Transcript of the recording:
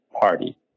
party